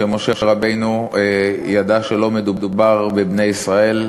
שמשה רבנו ידע שלא מדובר בבני ישראל.